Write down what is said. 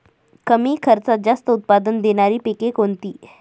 कमी खर्चात जास्त उत्पाद देणारी पिके कोणती?